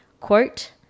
Quote